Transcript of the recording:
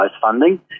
funding